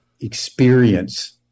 experience